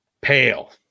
pale